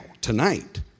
tonight